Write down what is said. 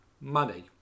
money